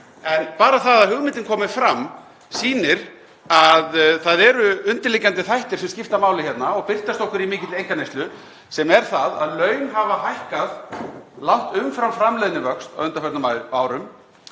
En bara það að hugmyndin komi fram sýnir að það eru undirliggjandi þættir sem skipta máli hérna, og birtast okkur í mikilli einkaneyslu, sem er það að laun hafa hækkað langt umfram framleiðnivöxt á undanförnum árum.